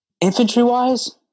infantry-wise